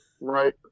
Right